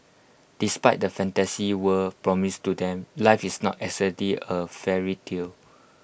despite the fantasy world promised to them life is not exactly A fairy tale